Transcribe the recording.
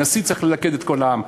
נשיא צריך ללכד את כל העם.